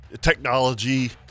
technology